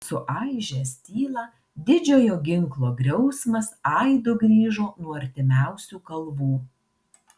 suaižęs tylą didžiojo ginklo griausmas aidu grįžo nuo artimiausių kalvų